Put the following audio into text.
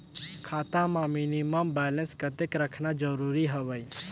खाता मां minimum balance कतेक रखना जरूरी हवय?